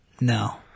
no